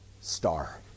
star